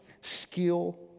skill